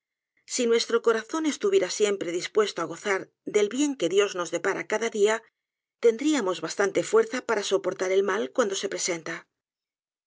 si nuestro corazón estuviera siempre dispuesto á gozar del bien que dios nos depara cada día tendríamos bastante fuerza para soportar el mal cuando se